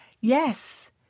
yes